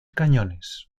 cañones